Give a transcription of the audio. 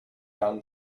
down